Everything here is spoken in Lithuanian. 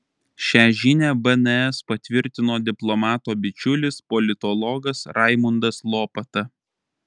šią žinią bns patvirtino diplomato bičiulis politologas raimundas lopata